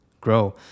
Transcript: grow